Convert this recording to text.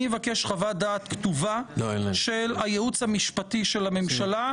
אני אבקש חוות דעת כתובה של הייעוץ המשפטי של הכנסת,